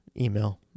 Email